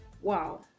wow